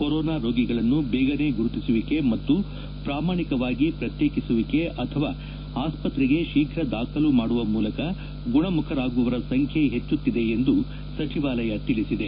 corona ರೋಗಿಗಳನ್ನು ಬೇಗನೆ ಗುರುತಿಸುವಿಕೆ ಮತ್ತು ಪ್ರಾಮಾಣಿಕವಾಗಿ ಪ್ರತ್ಯೇಕಿಸುವಿಕೆ ಅಥವಾ ಆಸ್ಪತ್ರೆಗೆ ಶೀಘ್ರ ದಾಖಲು ಮಾಡುವ ಮೂಲಕ ಗುಣಮುಖರಾಗುವವರ ಸಂಖ್ಯೆ ಹೆಚ್ಚುತ್ತಿದೆ ಎಂದು ಸಚಿವಾಲಯ ತಿಳಿಸಿದೆ